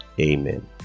amen